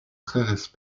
très